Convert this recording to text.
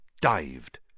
dived